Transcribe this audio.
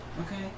Okay